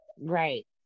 Right